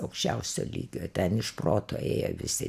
aukščiausio lygio ten iš proto ėjo visi